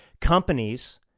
companies